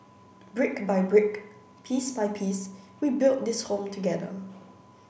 brick by brick piece by piece we build this home together